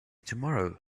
tomorrow